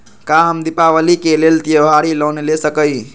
का हम दीपावली के लेल त्योहारी लोन ले सकई?